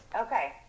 Okay